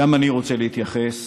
גם אני רוצה להתייחס